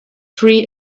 free